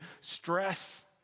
stress